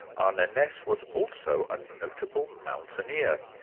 arne ah naess was also a notable mountaineer,